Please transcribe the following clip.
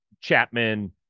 Chapman